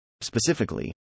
Specifically